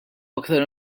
aktar